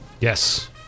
yes